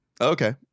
Okay